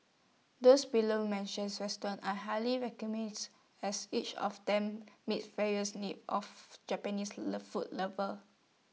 this below measures restaurants are highly as each of them meets various needs of Japanese love food lovers